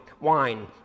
wine